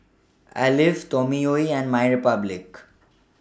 Alive Toyomi and My Republic